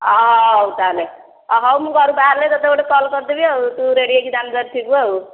ଅ ହଉ ତାହେଲେ ଅ ହଉ ମୁଁ ଘରୁ ବାହାରିଲେ ତୋତେ ଗୋଟେ କଲ୍ କରିଦେବି ଆଉ ତୁ ରେଡି ହେଇକି ଦାଣ୍ଡ ଦୁଆରେ ଥିବୁ ଆଉ